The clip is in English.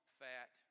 fat